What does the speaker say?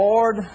Lord